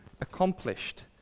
accomplished